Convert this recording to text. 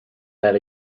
that